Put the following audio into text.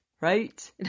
Right